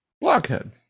Blockhead